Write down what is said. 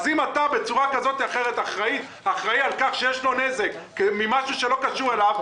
אם אתה בצורה כזאת או אחרת אחראי על כך שיש לו נזק ממשהו שלא קשור אליו,